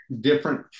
different